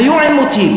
היו עימותים.